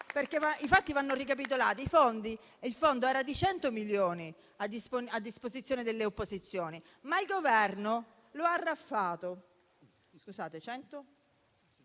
i fatti vanno ricapitolati - era di 100 milioni a disposizione delle opposizioni, ma il Governo lo ha arraffato,